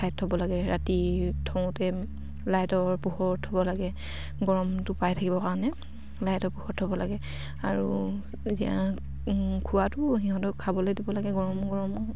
ঠাইত থ'ব লাগে ৰাতি থওঁতে লাইটৰ পোহৰত থ'ব লাগে গৰমটো পাই থাকিবৰ কাৰণে লাইটৰ পোহৰত থ'ব লাগে আৰু খোৱাটো সিহঁতক খাবলে দিব লাগে গৰম গৰম